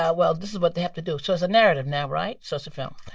yeah well, this is what they have to do. so it's a narrative now, right? so it's a film.